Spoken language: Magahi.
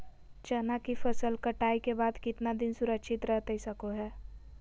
चना की फसल कटाई के बाद कितना दिन सुरक्षित रहतई सको हय?